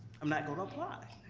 i'm not gonna apply.